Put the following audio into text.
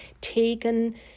taken